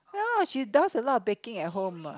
ya lah she does a lot of baking at home ah